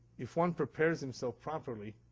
if one prepares himself properly